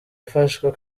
ibafasha